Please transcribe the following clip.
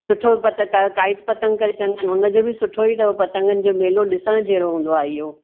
सुठो पत काइट पतंग करे चवंदा आहिनि हुनजो बि सुठो ई अथव पतंगनि जो मेलो ॾिसणु जहिड़ो हूंदो आहे इहो